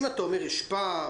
אם אתה אומר שיש פער,